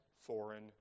foreign